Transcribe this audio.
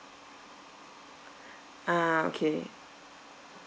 ah okay